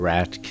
Rat